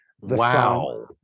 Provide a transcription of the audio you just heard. Wow